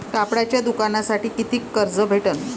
कापडाच्या दुकानासाठी कितीक कर्ज भेटन?